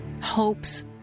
hopes